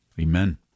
Amen